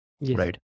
right